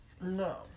No